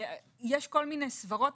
יש כל מיני סברות.